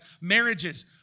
Marriages